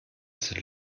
sind